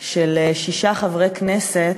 של שישה חברי כנסת,